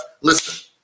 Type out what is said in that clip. listen